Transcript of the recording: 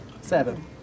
Seven